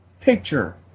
picture